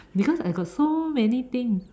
because I got so many things